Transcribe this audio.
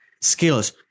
Skills